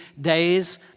days